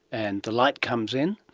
and the light comes in,